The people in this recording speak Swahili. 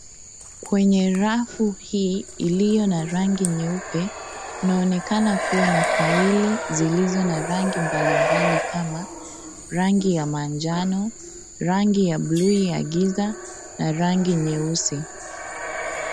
Kwenye rafu hii iliyo na rangi nyeupe , kunaonekana kuwa na faili zilizo na rangi mbalimbali kama rangi ya manjano , rangi ya bluu ya giza na rangi nyeusi.